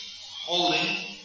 holding